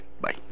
bye